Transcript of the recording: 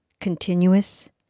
continuous